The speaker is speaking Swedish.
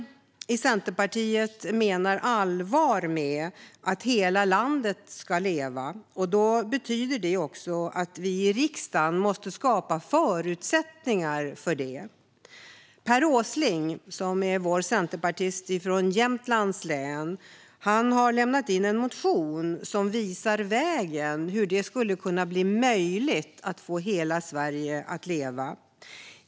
Vi i Centerpartiet menar allvar med att hela landet ska leva. Det betyder att vi i riksdagen måste skapa förutsättningar för det. Per Åsling, vår centerpartist från Jämtlands län, har lämnat in en motion som visar vägen till hur det skulle kunna bli möjligt att få hela Sverige att leva.